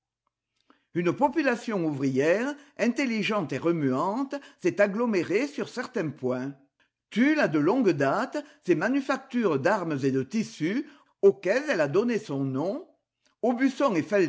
une population ouvrière intelligente et remuante s'est agglomérée sur certains points tulle a de longue date ses manufactures d'armes et de tissus auxquels elle a donné son nom aubusson